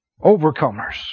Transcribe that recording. Overcomers